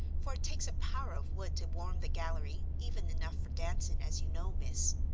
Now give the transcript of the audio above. for it takes a power of wood to warm the gallery even enough for dancing, as you know, miss.